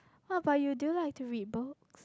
how about you do you like to read books